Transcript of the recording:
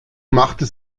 machte